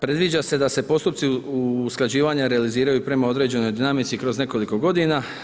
Predviđa se da se postupci usklađivanja realiziraju prema određenoj dinamici kroz nekoliko godina.